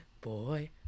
Boy